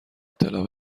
اطلاع